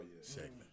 segment